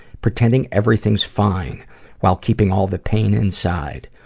pretending everything is fine while keeping all the pain inside.